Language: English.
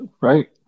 Right